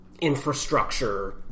infrastructure